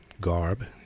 garb